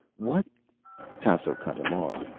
what tasso cut him off.